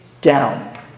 down